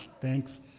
thanks